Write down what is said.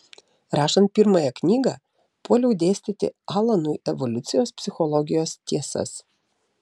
rašant pirmąją knygą puoliau dėstyti alanui evoliucijos psichologijos tiesas